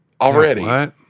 already